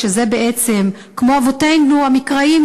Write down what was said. שזה בעצם כמו אבותינו המקראיים,